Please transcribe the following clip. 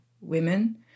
women